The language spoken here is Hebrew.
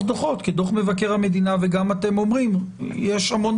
דוחות כי דוח מבקר המדינה וגם אתם אומרים שיש המון